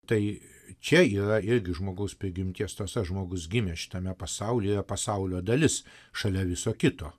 tai čia yra irgi žmogaus prigimties tąsa žmogus gimė šitame pasaulyje pasaulio dalis šalia viso kito